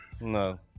No